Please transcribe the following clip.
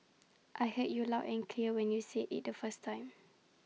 I heard you loud and clear when you said IT the first time